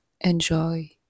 enjoy